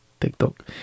TikTok